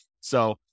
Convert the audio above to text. So-